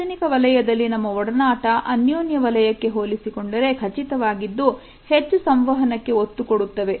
ಸಾರ್ವಜನಿಕ ವಲಯದಲ್ಲಿ ನಮ್ಮ ಒಡನಾಟ ಅನ್ಯೋನ್ಯ ವಲಯಕ್ಕೆ ಹೋಲಿಸಿಕೊಂಡರೆ ಖಚಿತವಾಗಿದ್ದು ಹೆಚ್ಚು ಸಂವಹನಕ್ಕೆ ಒತ್ತು ಕೊಡುತ್ತವೆ